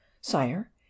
sire